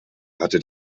hatte